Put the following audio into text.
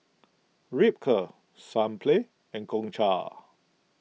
Ripcurl Sunplay and Gongcha